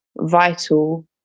vital